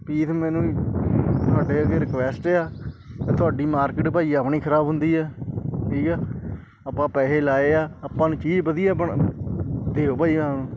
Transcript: piece ਮੈਨੂੰ ਤੁਹਾਡੇ ਅੱਗੇ ਰਿਕੁਐਸਟ ਆ ਤੁਹਾਡੀ ਮਾਰਕੀਟ ਭਾਅ ਜੀ ਆ ਆਪਣੀ ਖਰਾਬ ਹੁੰਦੀ ਆ ਠੀਕ ਆ ਆਪਾਂ ਪੈਸੇ ਲਗਾਏ ਆ ਆਪਾਂ ਨੂੰ ਚੀਜ਼ ਵਧੀਆ ਬਣਾ ਦਿਓ ਭਾਅ ਜੀ ਹਾਂ